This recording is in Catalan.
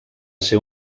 ser